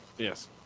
yes